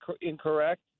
Incorrect